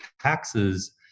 taxes